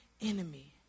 enemy